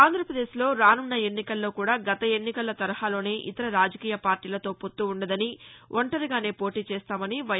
ఆంధ్రాపదేశ్లో రానున్న ఎన్నికల్లో కూడా గత ఎన్నికల తరహాలోనే ఇతర రాజకీయ పార్టీలతో పొత్తు ఉండదని ఒంటరిగానే పోటీ చేస్తామని వై